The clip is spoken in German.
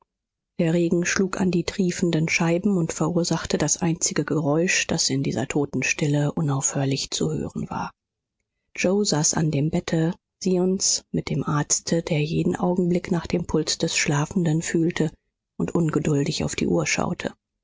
der regen schlug an die triefenden scheiben und verursachte das einzige geräusch das in dieser toten stille unaufhörlich zu hören war yoe saß an dem bette zenons mit dem arzte der jeden augenblick nach dem puls des schlafenden fühlte und ungeduldig auf die uhr schaute